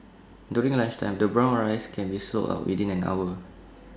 during lunchtime the brown rice can be sold out within an hour